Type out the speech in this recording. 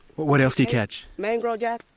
what what else do you catch? mangrel jack,